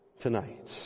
tonight